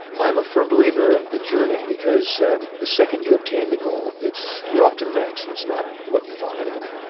i'm a firm believer of the journey, because the second you obtain the goal, you're off to the next, and it's not what you thought anyway.